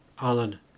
Alan